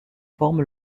forme